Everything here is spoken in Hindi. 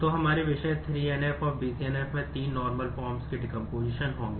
तो हमारे विषय 3NF और BCNF में तीन नार्मल फॉर्म्स होंगे